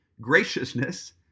graciousness